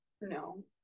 No